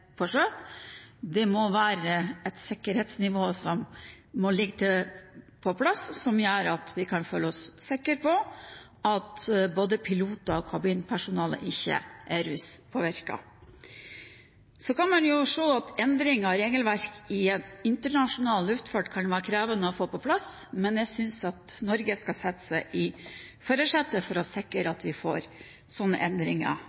sjø. Det må være et sikkerhetsnivå på plass som gjør at vi kan føle oss sikre på at både piloter og kabinpersonale ikke er ruspåvirket. Så kan man se at endringer i regelverk for internasjonal luftfart kan være krevende å få på plass, men jeg synes at Norge skal sette seg i førersetet for å sikre at vi får til slike endringer.